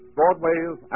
Broadway's